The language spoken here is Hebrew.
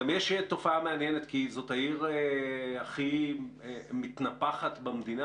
גם יש תופעה מעניינת כי זאת העיר הכי מתנפחת במדינה